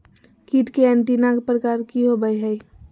कीट के एंटीना प्रकार कि होवय हैय?